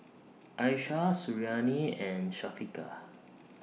Aishah Suriani and Syafiqah